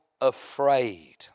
afraid